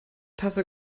tasse